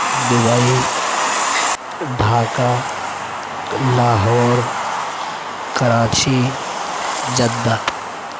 Dubai Dhaka Lahore Karachi Jeddah